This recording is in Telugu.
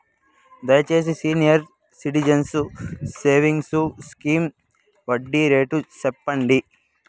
దయచేసి సీనియర్ సిటిజన్స్ సేవింగ్స్ స్కీమ్ వడ్డీ రేటు సెప్పండి